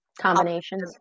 combinations